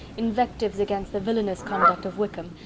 invectives against the villainous conduct of wickham,